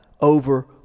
over